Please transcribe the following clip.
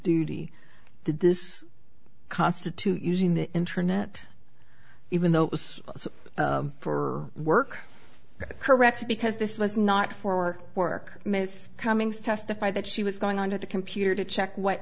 duty did this constitute using the internet even though it was for work correct because this was not for work miss coming to testify that she was going on to the computer to check what